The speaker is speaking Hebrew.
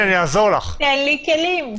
תן לי כלים.